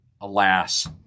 Alas